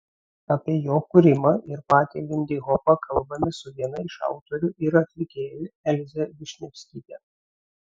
apie jo kūrimą ir patį lindihopą kalbamės su viena iš autorių ir atlikėjų elze višnevskyte